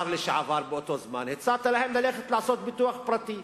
באותו זמן שר, לעשות ביטוח פרטי.